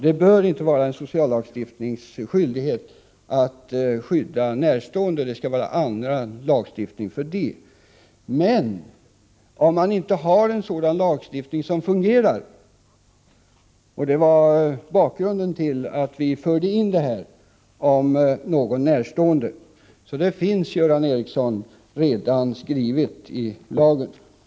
Det bör inte vara en sociallagstiftnings uppgift att skydda närstående — det skall vara annan lagstiftning för det. Men om sådan lagstiftning inte finns blir förhållandet annorlunda, och det var bakgrunden till att vi förde in detta om närstående person. Detta finns alltså redan inskrivet i lagen, Göran Ericsson.